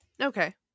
Okay